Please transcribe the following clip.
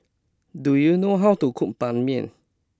do you know how to cook Ban Mian